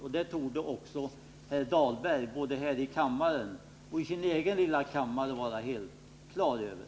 Det torde också herr Dahlberg, både här i kammaren och i sin egen lilla kammare, vara helt klar över.